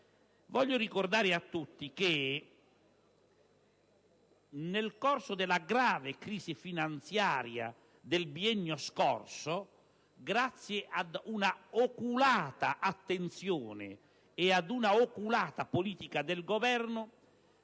Desidero ricordare a tutti che, nel corso della grave crisi finanziaria del biennio scorso, grazie ad un'oculata attenzione e ad una oculata politica del Governo,